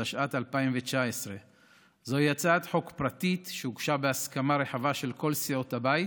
התשע"ט 2019. זוהי הצעת חוק פרטית שהוגשה בהסכמה רחבה של כל סיעות הבית,